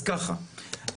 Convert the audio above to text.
אז ככה,